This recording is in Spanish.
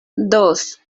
dos